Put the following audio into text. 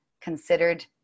considered